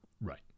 right